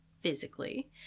physically